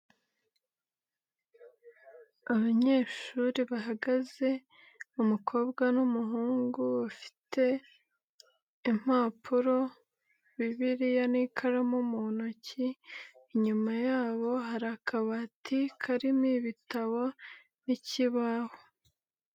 Abanyeshuri bahagaze umukobwa n'umuhungu, bafite impapuro, bibiliya n'ikaramu mu ntoki, inyuma yabo hari akabati karimo ibitabo n'ikibaho.